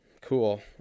cool